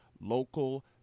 local